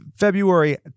February